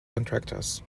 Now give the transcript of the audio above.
contractors